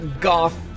goth